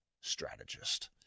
strategist